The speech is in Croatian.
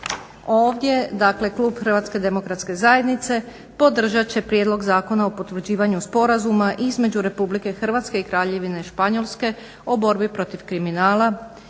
ovdje, dakle klub HDZ-a podržat će prijedlog Zakona o potvrđivanju sporazuma između Republike Hrvatske i Kraljevine Španjolske o borbi protiv kriminala